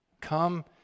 Come